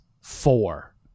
four